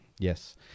Yes